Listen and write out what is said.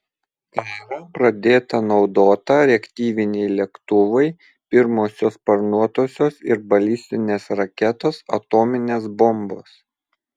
karą pradėta naudota reaktyviniai lėktuvai pirmosios sparnuotosios ir balistinės raketos atominės bombos